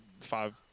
Five